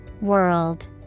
world